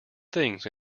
things